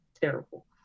Terrible